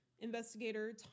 Investigator